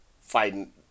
Fighting